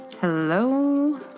hello